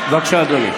בבקשה, אדוני.